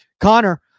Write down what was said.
Connor